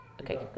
Okay